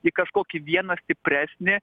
į kažkokį vieną stipresnį